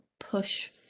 Push